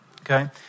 Okay